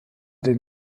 dem